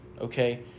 Okay